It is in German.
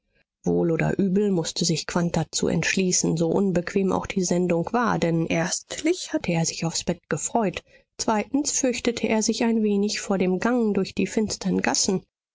wohl oder übel mußte sich quandt dazu entschließen so unbequem auch die sendung war denn erstlich hatte er sich aufs bett gefreut zweitens fürchtete er sich ein wenig vor dem gang durch die finstern gassen